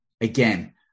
Again